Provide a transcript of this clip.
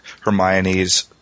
Hermione's